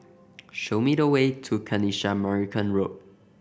show me the way to Kanisha Marican Road